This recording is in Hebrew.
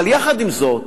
אבל יחד עם זאת,